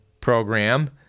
program